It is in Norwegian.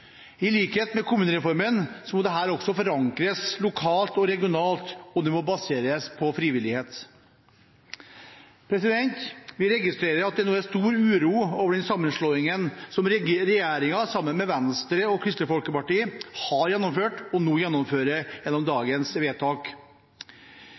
I likhet med kommunereformen må også dette forankres lokalt og regionalt, og det må baseres på frivillighet. Vi registrerer at det nå er stor uro over den sammenslåingen som regjeringen sammen med Venstre og Kristelig Folkeparti har gjennomført, og nå gjennomfører gjennom